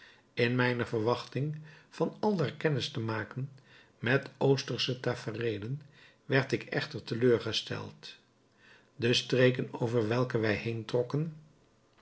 in mijne verwachting van aldaar kennis te maken met oostersche tafereelen werd ik echter teleurgesteld de streken over welke wij